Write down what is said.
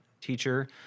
teacher